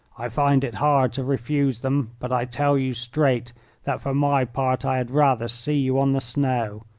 i find it hard to refuse them, but i tell you straight that for my part i had rather see you on the snow.